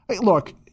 Look